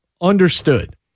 Understood